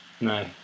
no